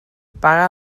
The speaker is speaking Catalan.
paga